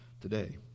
today